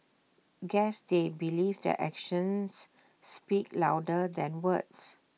guess they believe that actions speak louder than words